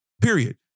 period